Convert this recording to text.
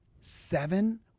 seven